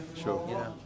sure